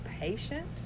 patient